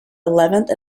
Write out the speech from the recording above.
eleventh